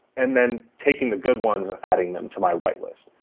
and then, taking the good ones and adding them to my whitelist.